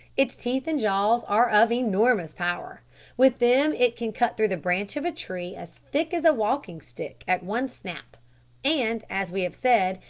its teeth and jaws are of enormous power with them it can cut through the branch of a tree as thick as a walking-stick at one snap and, as we have said,